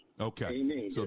Okay